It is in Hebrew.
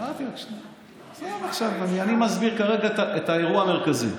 עזוב עכשיו, אני מסביר כרגע את האירוע המרכזי.